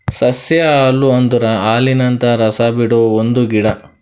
ಸಸ್ಯ ಹಾಲು ಅಂದುರ್ ಹಾಲಿನಂತ ರಸ ಬಿಡೊ ಒಂದ್ ಗಿಡ